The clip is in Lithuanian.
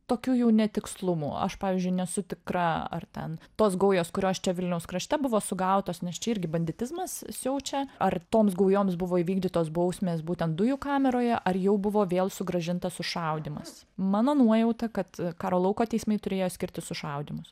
tokių jau netikslumų aš pavyzdžiui nesu tikra ar ten tos gaujos kurios čia vilniaus krašte buvo sugautos nes čia irgi banditizmas siaučia ar toms gaujoms buvo įvykdytos bausmės būtent dujų kameroje ar jau buvo vėl sugrąžintas sušaudymas mano nuojauta kad karo lauko teismai turėjo skirti sušaudymus